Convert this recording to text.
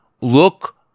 look